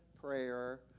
prayer